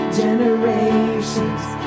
generations